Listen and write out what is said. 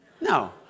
No